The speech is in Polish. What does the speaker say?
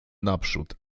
naprzód